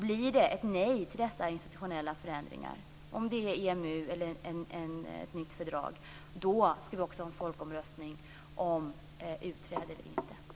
Blir det ett nej - om det nu gäller EMU eller ett nytt fördrag - ska vi också ha en folkomröstning om utträde eller inte.